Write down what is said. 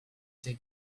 take